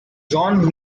john